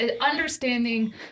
understanding